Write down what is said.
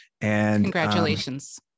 Congratulations